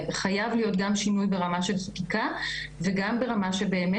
חייב להיות גם שינוי ברמה של חקיקה וגם ברמה שבאמת